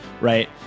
right